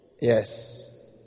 Yes